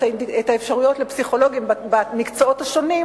האפשרויות לפסיכולוגים במקצועות השונים,